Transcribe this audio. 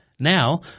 Now